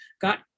got